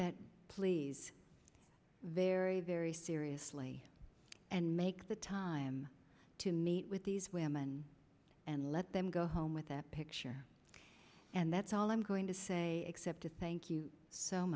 that please very very seriously and make the time to meet with these women and let them go home with that picture and that's all i'm going to say except to thank you so